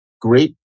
great